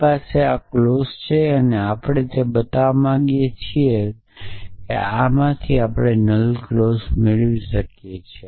તમારી પાસે આ ક્લૉજ છે અને આપણે તે બતાવવા માંગીએ છીએ કે આપણે આમાંથી નલ ક્લોઝ મેળવી શકીએ